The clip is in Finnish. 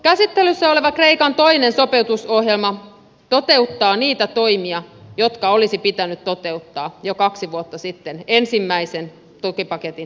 käsittelyssä oleva kreikan toinen sopeutusohjelma toteuttaa niitä toimia jotka olisi pitänyt toteuttaa jo kaksi vuotta sitten ensimmäisen tukipaketin yhteydessä